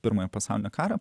pirmojo pasaulinio karo